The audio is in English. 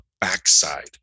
backside